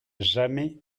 jamais